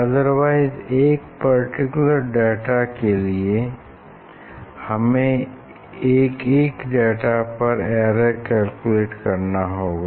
otherwise एक particular data के लिए हमें एक एक डाटा पर एरर कैलकुलेट करना होगा